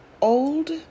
old